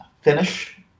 Finish